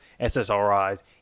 SSRIs